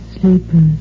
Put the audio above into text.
sleepers